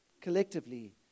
collectively